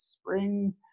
spring